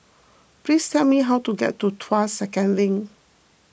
please tell me how to get to Tuas Second Link